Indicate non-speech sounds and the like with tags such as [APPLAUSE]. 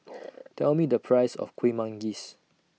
[NOISE] Tell Me The Price of Kuih Manggis